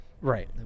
right